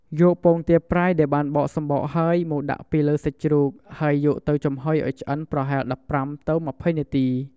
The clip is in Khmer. យកពងទាប្រៃដែលបានបកសំបកហើយ មកដាក់ពីលើសាច់ជ្រូក ហើយយកទៅចំហុយឱ្យឆ្អិនប្រហែល ១៥ ទៅ ២០ នាទី។